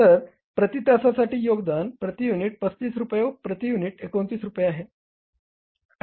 तर प्रती तासासाठी योगदान प्रती युनिट 35 रुपये व प्रती युनिट 29 रुपये आहे